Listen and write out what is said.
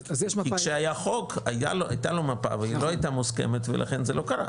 כי כשהיה חוק היה הייתה לו מפה והיא לא הייתה מוסכמת ולכן זה לא קרה.